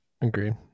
Agreed